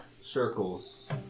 circles